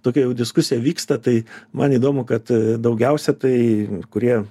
tokia jau diskusija vyksta tai man įdomu kad daugiausia tai kurie